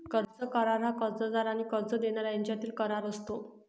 कर्ज करार हा कर्जदार आणि कर्ज देणारा यांच्यातील करार असतो